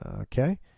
Okay